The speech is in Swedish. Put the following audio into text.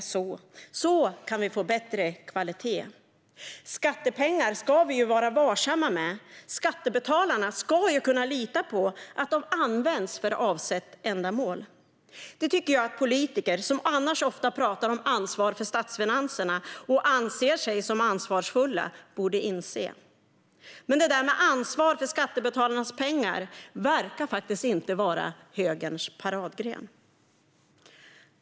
På så sätt kan vi få bättre kvalitet. Skattepengar ska vi vara varsamma med. Skattebetalarna ska ju kunna lita på att pengarna används för avsett ändamål. Det tycker jag att politiker som annars ofta pratar om ansvar för statsfinanserna och anser sig som ansvarsfulla borde inse. Men det där med ansvar för skattebetalarnas pengar verkar faktiskt inte vara högerns paradgren.